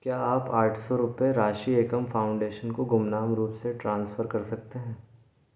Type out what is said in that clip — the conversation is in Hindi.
क्या आप आठ सौ रुपये राशि एकम फाउंडेशन को गुमनाम रूप से ट्रांसफ़र कर सकते हैं